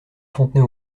fontenay